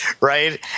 right